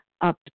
up